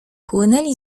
płynęli